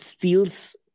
feels